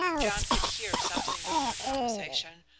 john could hear something of their conversation,